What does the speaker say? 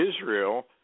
Israel